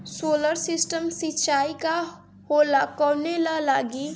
Solar system सिचाई का होला कवने ला लागी?